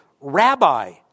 Rabbi